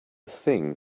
thing